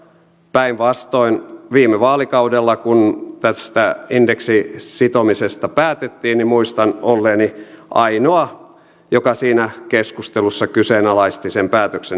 päinvastoin viime vaalikaudella kun tästä indeksiin sitomisesta päätettiin niin muistan olleeni ainoa joka siinä keskustelussa kyseenalaisti sen päätöksen järkevyyden